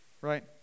right